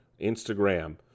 instagram